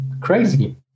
crazy